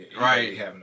right